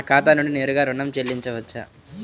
నా ఖాతా నుండి నేరుగా ఋణం చెల్లించవచ్చా?